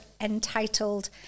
entitled